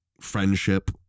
friendship